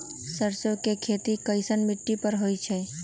सरसों के खेती कैसन मिट्टी पर होई छाई?